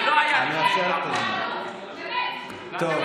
זה לא היה ככה, ואתם אחראים לזה.